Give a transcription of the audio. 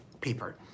paper